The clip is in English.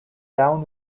down